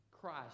Christ